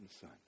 Son